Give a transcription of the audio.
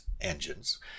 engines